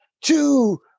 two